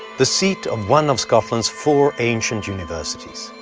the seat of one of scotland's four ancient universities.